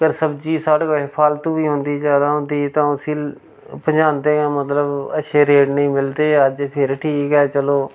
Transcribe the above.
अगर सब्जी साढ़े कश फालतू बी होंदी जैदा होंदी ही तां उस्सी पजांदे हे मतलब अच्छे रेट नेईं मिलदे अज्ज फेर ठीक ऐ चलो